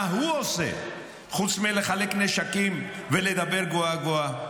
הוא עושה חוץ מלחלק נשקים ולדבר גבוהה-גבוהה,